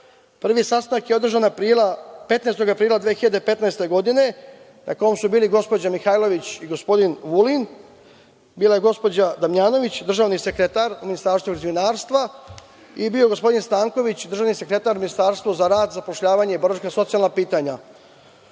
Prvi sastanak je održan 15. aprila 2015. godine na kom su bili gospođa Mihajlović i gospodin Vulin, bila je gospođa Damnjanović, državni sekretar u Ministarstvu građevinarstva, i bio je gospodin Stanković, državni sekretar u Ministarstvu za rad, zapošljavanje, boračka i socijalna pitanja.